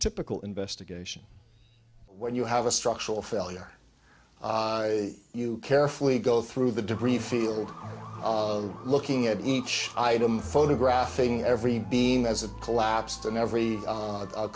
typical investigation when you have a structural failure you carefully go through the debris field looking at each item photographing every beam as it collapsed and every